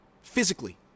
physically